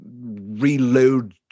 reload